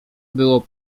było